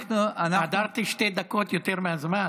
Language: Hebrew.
הדרתי שתי דקות יותר מהזמן.